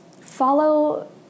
follow